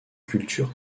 cultures